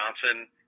Johnson